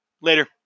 Later